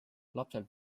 lapsel